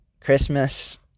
Christmas